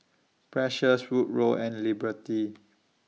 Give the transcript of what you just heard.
Precious Woodrow and Liberty